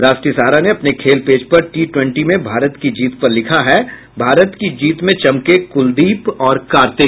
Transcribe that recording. राष्ट्रीय सहारा ने अपने खेल पेज पर टी ट्वेंटी में भारत की जीत पर लिखा है भारत की जीत में चमके कुलदीप और कार्तिक